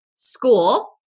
school